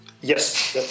Yes